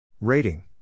Rating